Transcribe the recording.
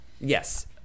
Yes